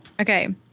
Okay